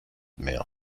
mehr